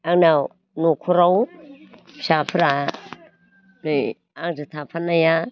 आंनाव नख'राव फिसाफ्रा बे आंजों थाफानाया